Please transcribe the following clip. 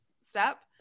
step